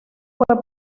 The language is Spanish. fue